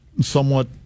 somewhat